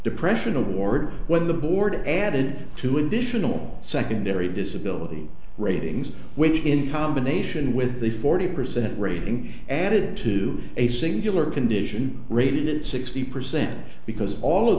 depression award when the board added two additional secondary disability ratings which in combination with a forty percent rating added to a singular condition rated sixty percent because all of